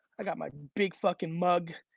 i got my big fucking mug.